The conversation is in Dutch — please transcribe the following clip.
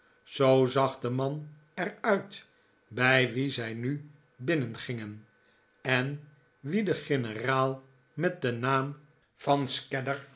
zoo zag de man er uit bij wien zij nu binnengingen en wien de generaal met den naam van